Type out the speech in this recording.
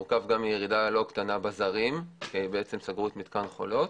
מירידה לא קטנה בזרים כי סגרו את מתקן "חולות".